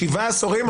שבעה עשורים,